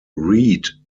reed